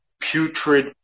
putrid